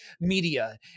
media